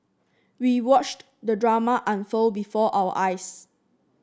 we watched the drama unfold before our eyes